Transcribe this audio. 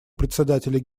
председателя